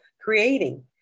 creating